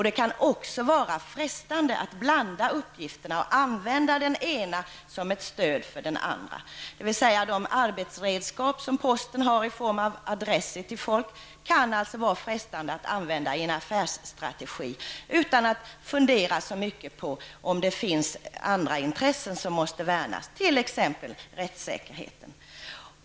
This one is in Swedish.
Det kan också vara frestande att blanda uppgifterna och använda den ena som ett stöd för den andra. Det kan alltså vara frestande att använda de arbetsredskap som posten har i form av adresser till människor i en affärsstrategi, utan att fundera så mycket på om det är andra intressen som måste värnas, t.ex. rättssäkerheten.